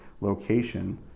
location